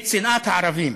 את שנאת הערבים,